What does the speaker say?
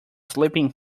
sleeping